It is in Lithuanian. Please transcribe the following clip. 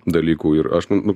dalykų ir aš nu nu